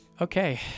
Okay